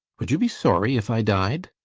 would you be sorry if i died?